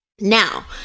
Now